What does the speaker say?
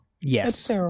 Yes